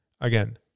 again